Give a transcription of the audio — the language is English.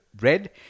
red